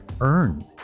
earn